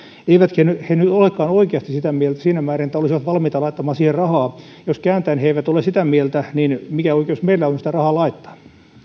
eivätkö he nyt olekaan oikeasti sitä mieltä siinä määrin että olisivat valmiita laittamaan siihen rahaa jos kääntäen he eivät ole sitä mieltä niin mikä oikeus meillä on sitä rahaa laittaa